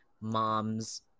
mom's